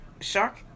Shark